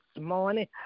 morning